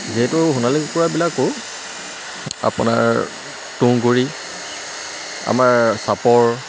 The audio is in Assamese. যিহেতু সোণালী কুকুৰাবিলাকো আপোনাৰ তুঁহগুৰি আমাৰ চাপৰ